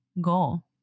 goal